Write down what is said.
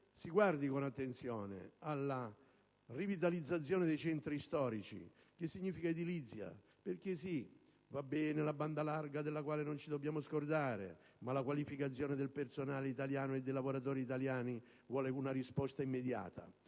guardare alla rivitalizzazione dei centri storici, che significa "edilizia". Va bene infatti la banda larga, della quale non ci dobbiamo scordare, ma la qualificazione del personale e dei lavoratori italiani vuole una risposta immediata,